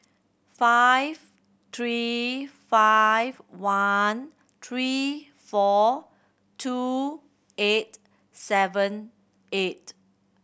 five three five one three four two eight seven eight